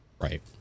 Right